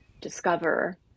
discover